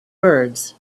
birds